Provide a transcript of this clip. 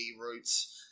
roots